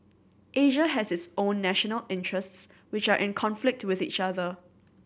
Asia has its own national interests which are in conflict with each other